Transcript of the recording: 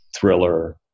thriller